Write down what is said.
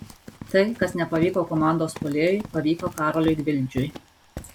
tai kas nepavyko komandos puolėjui pavyko karoliui gvildžiui